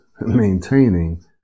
maintaining